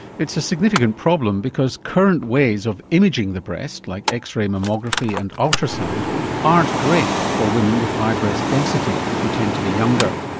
it's a significant problem because current ways of imaging the breast like x-ray mammography and ultrasound aren't great for women with high breast density who tend to be younger.